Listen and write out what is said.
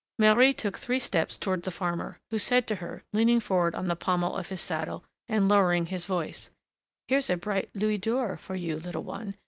marie took three steps toward the farmer, who said to her, leaning forward on the pommel of his saddle, and lowering his voice here's a bright louis-d'or for you, little one!